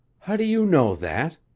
how do you know that?